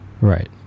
Right